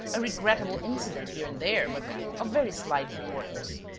a regrettable incident, here and there, but of very slight importance.